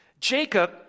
Jacob